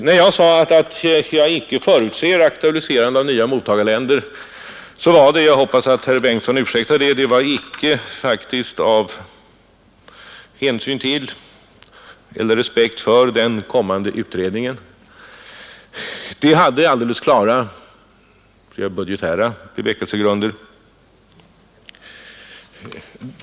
När jag sade att jag icke förutser aktualiserande av nya mottagarländer var det — jag hoppas herr Bengtson ursäktar — faktiskt icke av hänsyn till eller respekt för den kommande utredningen, utan uttalandet hade alldeles klara, budgetära bevekelsegrunder.